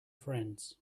friends